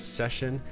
session